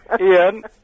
Ian